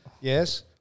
Yes